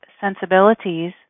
sensibilities